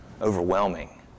overwhelming